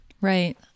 Right